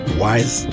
wise